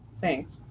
Thanks